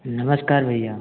नमस्कार भैया